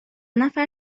نفر